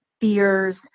fears